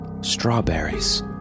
Strawberries